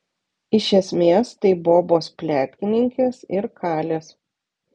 iš esmės tai bobos pletkininkės ir kalės